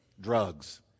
drugs